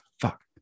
Fuck